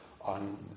on